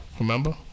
Remember